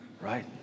right